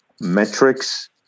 metrics